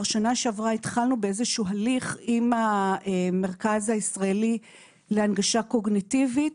בשנה שעברה התחלנו באיזשהו הליך עם המרכז הישראלי להנגשה קוגנטיבית,